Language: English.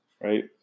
Right